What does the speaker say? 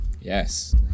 Yes